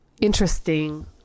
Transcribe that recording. interesting